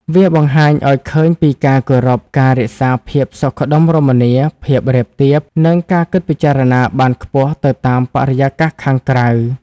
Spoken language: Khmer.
វាបង្ហាញឱ្យឃើញពីការគោរព ការរក្សាភាពសុខដុមរមនា ភាពរាបទាប និងការគិតពិចារណាបានខ្ពស់ទៅតាមបរិយាកាសខាងក្រៅ។